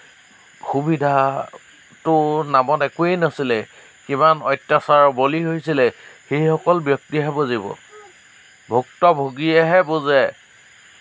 সুবিধাতো নামত একোৱে নাছিলে কিমান অত্যাচাৰৰ বলী হৈছিলে সেইসকল ব্যক্তিয়েহে বুজিব ভুক্তভোগীয়েহে বুজে